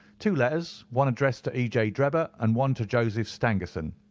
two letters one addressed to e. j. drebber and one to joseph stangerson.